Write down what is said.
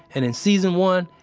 and in season one,